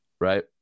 right